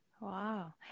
Wow